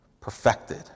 perfected